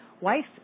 wife